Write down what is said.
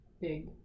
big